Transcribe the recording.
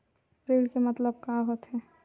ऋण के मतलब का होथे?